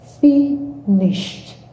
finished